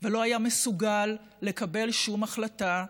ולא היה מסוגל לקבל שום החלטה,